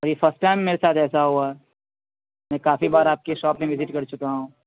اور یہ first time میرے ساتھ ایسا ہوا میں کافی بار آپ کی شاپ میں وزٹ کر چکا ہوں